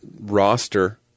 roster